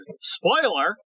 spoiler